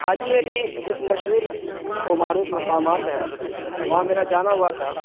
حاجی علی ایک مشہور و معروف مقامات ہے وہاں میرا جانا ہوا تھا